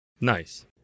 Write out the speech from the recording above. Nice